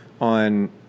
on